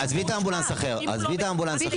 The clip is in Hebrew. עזבי את האמבולנס אחר, עזבי את האמבולנס האחר.